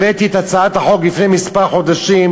הבאתי את הצעת החוק לפני כמה חודשים,